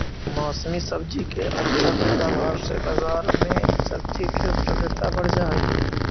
मौसमी सब्जि के अच्छा पैदावार से बजार में सब्जि के उपलब्धता बढ़ जा हई